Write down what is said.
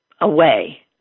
away